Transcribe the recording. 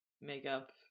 makeup